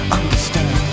understand